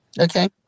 Okay